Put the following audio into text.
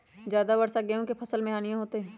ज्यादा वर्षा गेंहू के फसल मे हानियों होतेई?